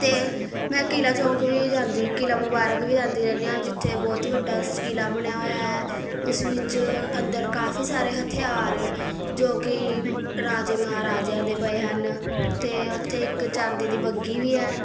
ਅਤੇ ਮੈਂ ਕਿਲ੍ਹਾ ਚੌਂਕ ਵੀ ਜਾਂਦੀ ਕਿਲ੍ਹਾ ਮੁਬਾਰਕ ਵੀ ਜਾਂਦੀ ਰਹਿੰਦੀ ਹਾਂ ਜਿੱਥੇ ਬਹੁਤ ਹੀ ਵੱਡਾ ਕਿਲ੍ਹਾ ਬਣਿਆ ਹੋਇਆ ਹੈ ਉਸ ਵਿੱਚ ਅੰਦਰ ਕਾਫੀ ਸਾਰੇ ਹਥਿਆਰ ਜੋ ਕਿ ਰਾਜੇ ਮਹਾਰਾਜਿਆਂ ਦੇ ਪਏ ਹਨ ਅਤੇ ਉੱਥੇ ਇੱਕ ਚਾਂਦੀ ਦੀ ਬੱਗੀ ਵੀ ਹੈ